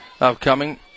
upcoming